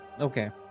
Okay